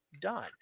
done